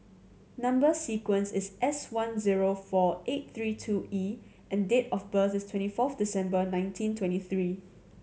number sequence is S one zero four eight three two E and date of birth is twenty fourth December nineteen twenty three